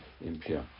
impure